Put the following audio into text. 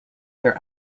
their